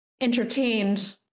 entertained